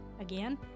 Again